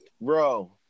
bro